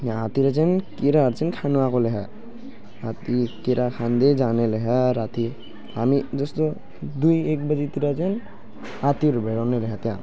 यहाँ हात्तीले चाहिँ केराहरू चाहिँ खानुआएको देखियो हात्ती केरा खाँदै जाने रहेछ राति हामी जस्तो दुई एक बजीतिर चाहिँ हात्तीहरू भेटाउने रहेछ त्यहाँ